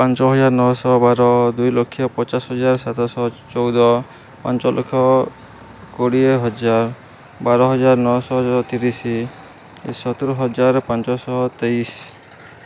ପାଞ୍ଚ ହଜାର ନଅଶହ ବାର ଦୁଇ ଲକ୍ଷ ପଚାଶ ହଜାର ସାତଶହ ଚଉଦ ପାଞ୍ଚଲକ୍ଷ କୋଡ଼ିଏ ହଜାର ବାର ହଜାର ନଅଶହ ତିରିଶ ସତର ହଜାର ପାଞ୍ଚଶହ ତେଇଶ